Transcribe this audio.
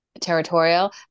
territorial